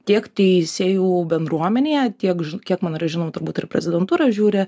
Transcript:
tiek teisėjų bendruomenėje tiek kiek mano yra žinoma turbūt ir prezidentūra žiūri